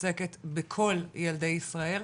עוסקת בכל ילדי ישראל,